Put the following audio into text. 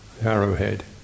arrowhead